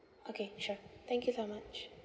okay sure thank you so much